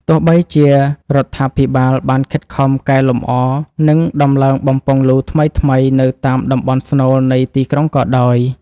ទោះបីជារដ្ឋាភិបាលបានខិតខំកែលម្អ និងដំឡើងបំពង់លូថ្មីៗនៅតាមតំបន់ស្នូលនៃទីក្រុងក៏ដោយ។